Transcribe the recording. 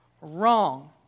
wrong